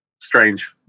strange